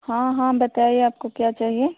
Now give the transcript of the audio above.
हाँ हाँ बताइए आपको क्या चाहिए